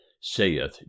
saith